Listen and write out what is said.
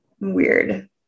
weird